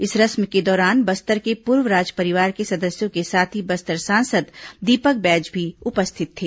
इस रस्म के दौरान बस्तर के पूर्व राजपरिवार के सदस्यों के साथ ही बस्तर सांसद दीपक बैज भी उपस्थित थे